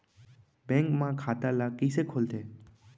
Bank म खाता ल कइसे खोलथे?